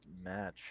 match